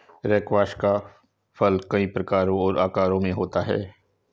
squash का फल कई प्रकारों और आकारों में होता है